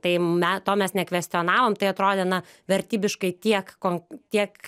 tai me to mes nekvestionavom tai atrodė na vertybiškai tiek kon tiek